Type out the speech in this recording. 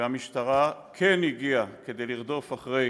והמשטרה כן הגיעה כדי לרדוף אחרי